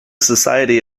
society